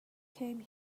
came